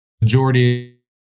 majority